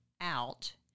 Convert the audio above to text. out